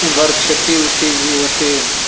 एमहर खेतीउती भी ओते